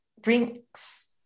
drinks